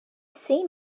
see